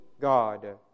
God